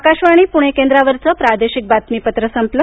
आकाशवाणी पुणे केंद्रावरचं प्रादेशिक बातमीपत्र संपलं